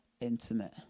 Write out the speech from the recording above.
intimate